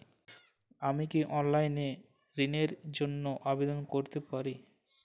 আমি কি অনলাইন এ ঋণ র জন্য আবেদন করতে পারি?